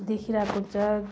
देखिरहेको हुन्छ